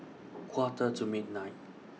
Quarter to midnight